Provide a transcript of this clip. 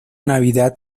navidad